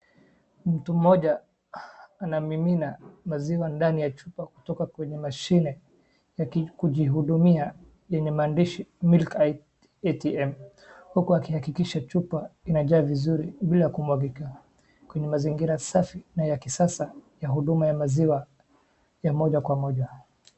Mtu mmoja anamimina maziwa ndani ya chupa kutoka kwenye mashine ya kujihudumia yenye maandishi milk ATM huku akihakikisha chupa inajaa vizuri bila kumwagika kwenye mazingira safi na ya kisasa ya huduma ya maziwa ya moja kwa moja.